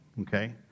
okay